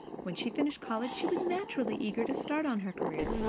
when she finished college, she was naturally eager to start on her career,